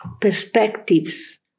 perspectives